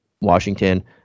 Washington